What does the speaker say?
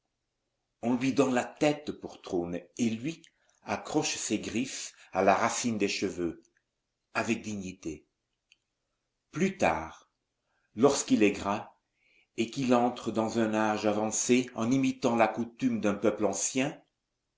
on lui donne la tête pour trône et lui accroche ses griffes à la racine des cheveux avec dignité plus tard lorsqu'il est gras et qu'il entre dans un âge avancé en imitant la coutume d'un peuple ancien